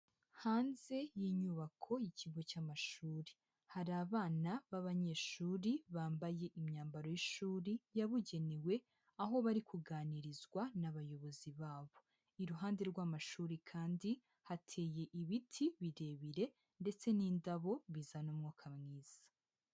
Hanze y'inyubako y'ikigo cy'amashuri, hari abana b'abanyeshuri bambaye imyambaro y'ishuri yabugenewe aho bari kuganirizwa n'abayobozi babo, iruhande rw'amashuri kandi hateye ibiti birebire ndetse n'indabo bizana umwuka mwiza.